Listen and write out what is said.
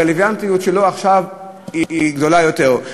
הרלוונטיות שלו עכשיו היא גדולה יותר,